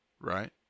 Right